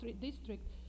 district